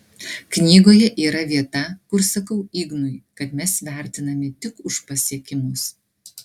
knygoje yra vieta kur sakau ignui kad mes vertinami tik už pasiekimus